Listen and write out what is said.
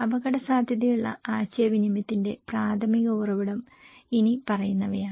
അപകടസാധ്യതയുള്ള ആശയവിനിമയത്തിന്റെ പ്രാഥമിക ഉറവിടം ഇനി പറയുന്നവയാണ്